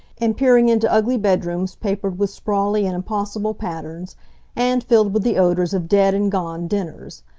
and peering into ugly bedrooms papered with sprawly and impossible patterns and filled with the odors of dead-and-gone dinners.